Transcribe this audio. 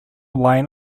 line